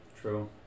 true